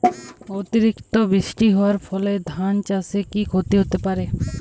অতিরিক্ত বৃষ্টি হওয়ার ফলে ধান চাষে কি ক্ষতি হতে পারে?